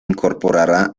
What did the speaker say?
incorpora